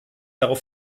darauf